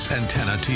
Antenna